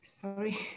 Sorry